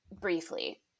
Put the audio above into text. Briefly